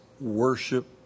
worship